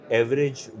average